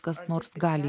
kas nors gali